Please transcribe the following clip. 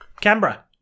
Canberra